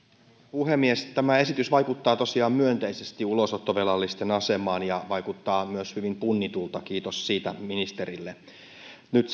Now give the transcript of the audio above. puhemies tämä esitys vaikuttaa tosiaan myönteisesti ulosottovelallisten asemaan ja vaikuttaa myös hyvin punnitulta kiitos siitä ministerille nyt